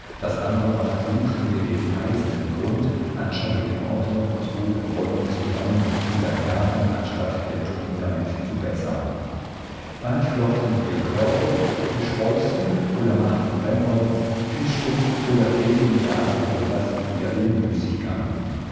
das andere mal suchten wir den feisten grund an schattigen orten und aus hohlen bäumen zusammen unsern garten anstatt der tung damit zu bessern bald flochten wir körbe oder fischreußen oder machten brennholz fischten oder täten ja so etwas wider den müßiggang